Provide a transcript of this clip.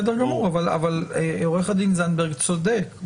אבל עו"ד זנדברג צודק,